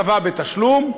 צבא בתשלום.